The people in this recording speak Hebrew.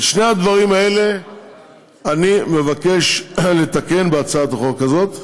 את שני הדברים האלה אני מבקש לתקן בהצעת החוק הזאת.